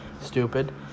Stupid